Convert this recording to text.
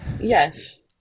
yes